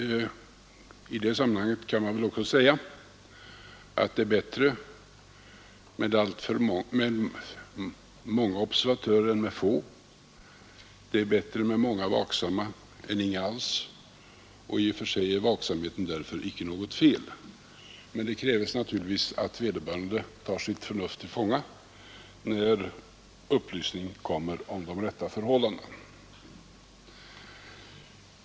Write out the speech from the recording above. Man kan i sammanhanget också säga att det är bättre med många observatörer än med få; det är bättre med många vaksamma än ingen alls, Och i och för sig är vaksamhet därför inte något fel. Men det krävs givetvis att vederbörande tar sitt förnuft till fånga, när upplysning lämnas om de rätta förhållandena.